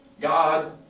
God